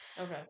okay